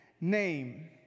name